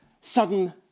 sudden